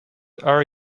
are